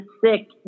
sick